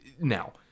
now